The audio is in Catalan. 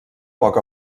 poc